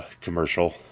commercial